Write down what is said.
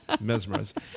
mesmerized